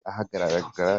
ahagaragara